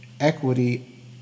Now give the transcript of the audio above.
equity